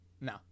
No